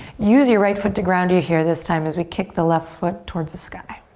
use your right foot to ground you here this time as we cook the left foot towards the sky.